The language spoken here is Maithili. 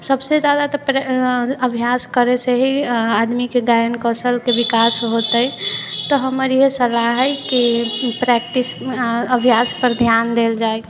सभसँ जादा तऽ पऽ अभ्यास करैसँ ही आदमीके गायन कौशलके विकास होतै तऽ हमर इहे सलाह हय कि प्रैक्टिस अऽ अभ्यासपर ध्यान देल जाइ